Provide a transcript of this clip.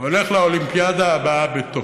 הולך לאולימפיאדה הבאה בטוקיו.